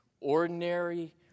ordinary